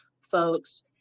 folks